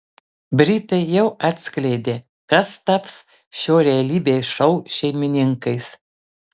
britai jau atskleidė kas taps šio realybės šou šeimininkais